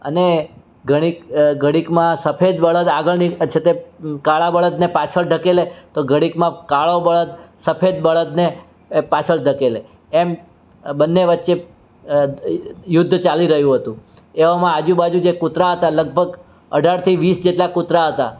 અને ઘડીક ઘડીકમાં સફેદ બળદ આગળ છે તે કાળા બળદને પાછળ ધકેલે તો ઘડીકમાં કાળો બળદ સફેદ બળદને એ પાછળ ધકેલે એમ બંને વચ્ચે યુદ્ધ ચાલી રહ્યું હતું એવામાં આજુબાજુ જે કૂતરાં હતાં લગભગ અઢારથી વીસ જેટલા કૂતરાં હતાં